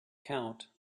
count